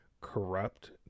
corrupt